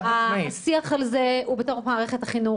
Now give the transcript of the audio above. השיח על זה הוא בתוך מערכת החינוך.